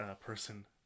person